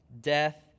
death